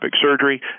surgery